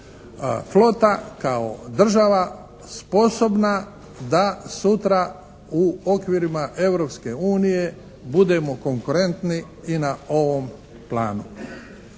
flota, kao država sposobna da sutra u okvirima Europske unije budemo konkurentni i na ovom planu.